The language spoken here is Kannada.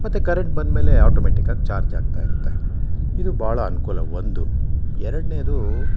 ಮತ್ತು ಕರೆಂಟ್ ಬಂದಮೇಲೆ ಆಟೋಮೆಟಿಕಾಗಿ ಚಾರ್ಜ್ ಆಗ್ತಾಯಿರುತ್ತೆ ಇದು ಭಾಳ ಅನುಕೂಲ ಒಂದು ಎರಡನೇದು